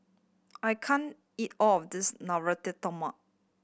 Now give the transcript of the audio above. I can't eat all of this Navratan Korma